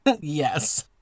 yes